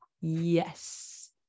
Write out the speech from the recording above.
yes